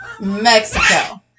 Mexico